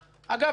אגב לא רק אני